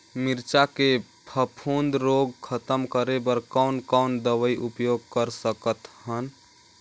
मिरचा के फफूंद रोग खतम करे बर कौन कौन दवई उपयोग कर सकत हन?